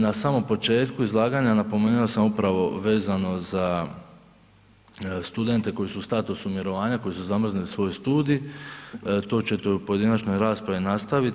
Na samom početku izlaganja napomenuo sam upravo vezano za studente koji su u statusu mirovanja, koji su zamrznuli svoj studij, to ću u pojedinačnoj raspravi nastaviti.